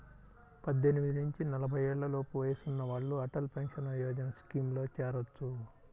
పద్దెనిమిది నుంచి నలభై ఏళ్లలోపు వయసున్న వాళ్ళు అటల్ పెన్షన్ యోజన స్కీమ్లో చేరొచ్చు